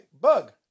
Bug